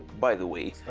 by the way,